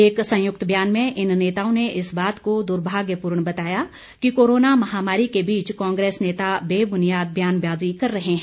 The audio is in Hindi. एक संयुक्त बयान में इन नेताओं ने इस बात को दुर्भाग्यपूर्ण बताया कि कोरोना महामारी के बीच कांग्रेस नेता बेबुनियाद बयानबाज़ी कर रहे हैं